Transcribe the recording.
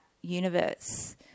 universe